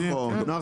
נכון.